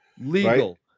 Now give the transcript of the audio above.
legal